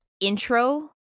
intro